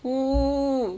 ooh